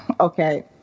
Okay